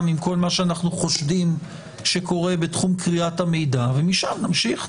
עם כל מה שאנחנו חושדים שקורה בתחום כריית מידע ומשם נמשיך.